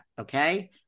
okay